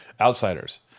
outsiders